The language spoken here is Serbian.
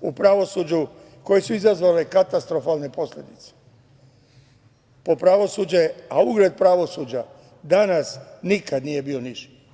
u pravosuđu koji su izazvale katastrofalne posledice po pravosuđe, a ugled pravosuđa danas nikad nije bio niži.